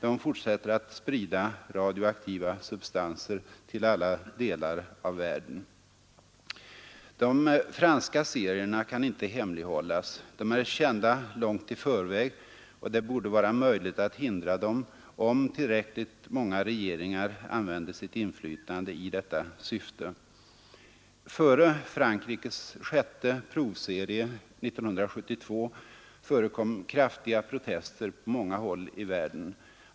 De fortsätter att sprida radioaktiva substanser till alla delar av världen. De franska serierna kan inte hemlighållas. De är kända långt i förväg, och det borde vara möjligt att hindra dem om tillräckligt många regeringar använde sitt inflytande i detta syfte. Före Frankrikes sjätte provserie 1972 förekom kraftiga protester på många håll i världen.